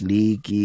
League